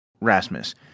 Rasmus